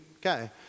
Okay